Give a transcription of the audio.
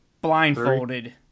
blindfolded